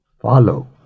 follow